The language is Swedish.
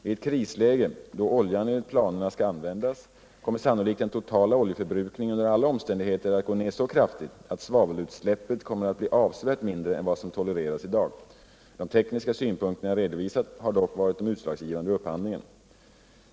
I ett krisläge, då oljan enligt planerna skall användas, 31 kommer sannolikt den totala oljeförbrukningen under alla omständigheter att gå ned så kraftigt att svavelutsläppet kommer att bli avsevärt mindre än vad som toleraras i dag. De tekniska synpunkterna jag redovisat har dock varit de utslagsgivande vid upphandlingen.